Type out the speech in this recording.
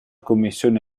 commissione